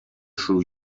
شروع